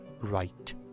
right